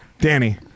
Danny